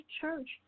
church